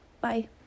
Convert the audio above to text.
Bye